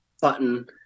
button